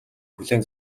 хүлээн